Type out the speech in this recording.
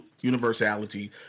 universality